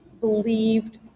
believed